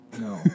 No